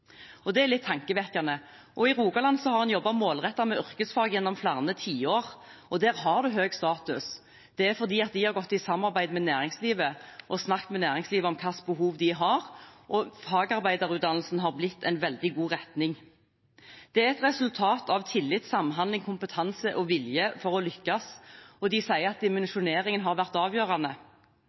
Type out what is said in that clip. Det er litt tankevekkende. I Rogaland har en jobbet målrettet med yrkesfag gjennom flere tiår, og der har det høy status. Det er fordi de har gått i samarbeid med næringslivet og snakket med næringslivet om hvilke behov de har, og fagarbeiderutdannelsen er blitt en veldig god retning. Det er et resultat av tillit, samhandling, kompetanse og vilje til å lykkes, og de sier at dimensjoneringen har vært avgjørende.